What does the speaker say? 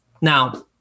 now